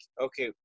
okay